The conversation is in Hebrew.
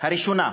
הראשונה,